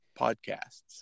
podcasts